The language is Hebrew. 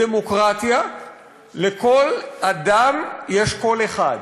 בדמוקרטיה לכל אדם יש קול אחד,